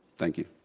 thank you.